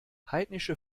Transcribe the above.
heidnische